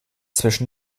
zwischen